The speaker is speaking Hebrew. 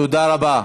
תודה רבה.